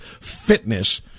fitness